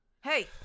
Hey